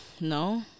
No